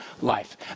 life